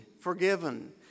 forgiven